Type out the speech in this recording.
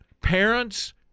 Parents